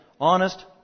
honest